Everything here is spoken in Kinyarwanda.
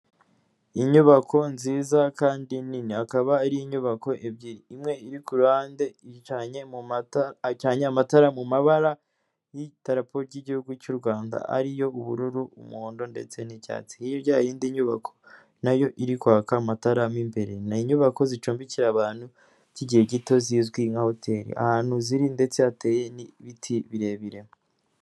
Inyubako nziza kandi nini, akaba ari inyubako ebyiri, imwe iri ku ruhande yicanye amatara mu mabara y'idarapo ry'igihugu cy'u Rwanda, ariyo: ubururu, umuhondo ,ndetse n'icyatsi. Harya yaho hari n'indi nyubako nayo iri kwaka amatarama mo imbere, ni inyubako zicumbikira abantu by'igihe gito zizwi nka hoteli, ahantu ziri ndetse hateye n'ibiti birebire.